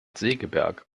segeberg